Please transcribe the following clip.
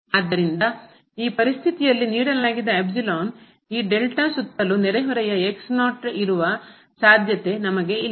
ಆದ್ದರಿಂದ ಈ ಪರಿಸ್ಥಿತಿಯಲ್ಲಿ ಈ ಸುತ್ತಲೂ ನೆರೆಹೊರೆ ಇರುವ ಸಾಧ್ಯತೆ ನಮಗೆ ಇಲ್ಲ